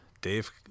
Dave